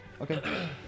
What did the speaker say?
Okay